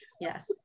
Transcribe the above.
Yes